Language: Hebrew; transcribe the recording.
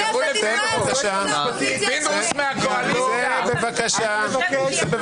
חצופים, בכנסת ישראל סותמים לאופוזיציה את הפה.